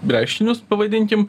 reiškinius pavadinkim